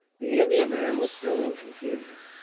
the indiaman was still in confusion.